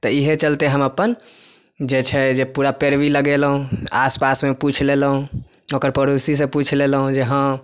तऽ इहे चलते हम अपन जे छै जे पूरा पैरवी लगेलहुॅं आसपासमे पुछि लेलहुॅं ओकर पड़ौसी से पुछि लेलहुॅं जे हँ